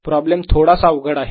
problem थोडासा अवघड आहे